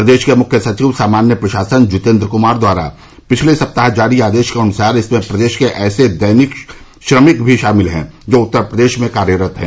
प्रदेश के प्रमुख सचिव सामान्य प्रशासन जितेन्द्र क्मार द्वारा पिछले सप्ताह जारी आदेश के अनुसार इसमें प्रदेश के ऐसे दैनिक श्रमिक भी शामिल हैं जो उत्तर प्रदेश में कार्यरत हैं